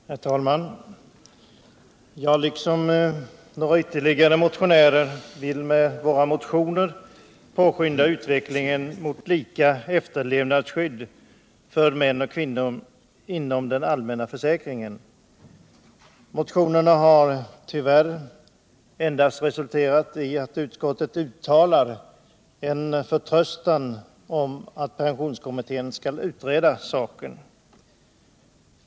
Herr talman! Jag och några andra motionärer vill med våra motioner påskynda utvecklingen mot lika efterlevandeskydd för män och kvinnor inom den allmänna försäkringen. Motionerna har tyvärr endast resulterat i att utskottet uttalar en förhoppning om att pensionskommittén skall utreda saken.